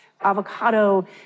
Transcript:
avocado